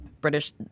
British